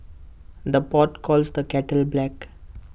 the pot calls the kettle black